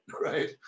Right